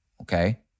okay